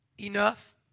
Enough